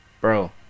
bro